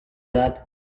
that